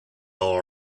all